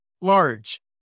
large